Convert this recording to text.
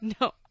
no